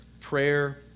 Prayer